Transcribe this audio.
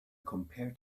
compare